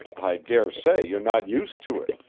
i dare say you're not used to it,